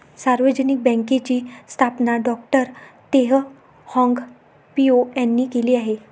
सार्वजनिक बँकेची स्थापना डॉ तेह हाँग पिओ यांनी केली आहे